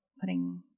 putting